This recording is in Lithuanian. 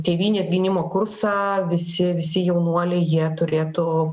tėvynės gynimo kursą visi visi jaunuoliai jie turėtų